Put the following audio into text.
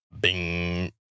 Bing